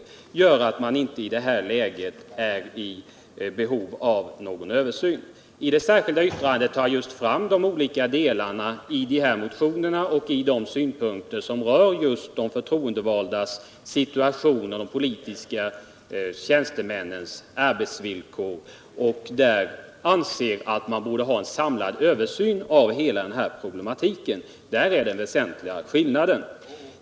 Därför skulle vi i det här läget inte ha behov av någon översyn. I det särskilda yttrandet tar jag upp olika delar i motionerna och synpunkter som rör just de förtroendevaldas situation och de politiska tjänstemännens arbetsvillkor. Jag anser att det behövs en samlad översyn av hela problematiken. Där är det således väsentliga skillnader.